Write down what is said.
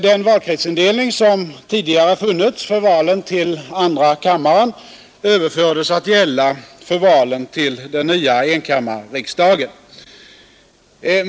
Den valkretsindelning som tidigare funnits för valen till andra kammaren överfördes att gälla för valen till den nya enkammarriksdagen.